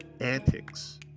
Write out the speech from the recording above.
antics